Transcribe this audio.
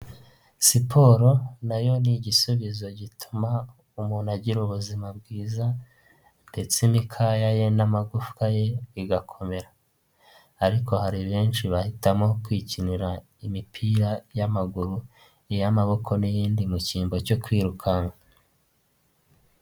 Siporo na yo ni igisubizo gituma umuntu agira ubuzima bwiza ndetse imikaya ye n'amagufwa ye bigakomera, ariko hari benshi bahitamo kwikinira imipira y'amaguru, iy'amaboko n'iyindi mu cyimbo cyo kwirukanka.